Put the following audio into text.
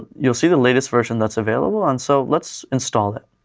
you'll see the latest version that's available, and so let's install it.